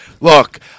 Look